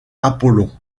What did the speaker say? apollon